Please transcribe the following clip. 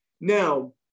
Now